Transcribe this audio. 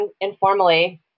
informally